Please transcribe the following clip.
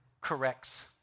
corrects